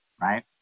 right